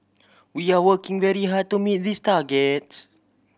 we are working very hard to meet these targets